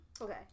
Okay